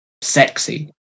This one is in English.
sexy